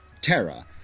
Terra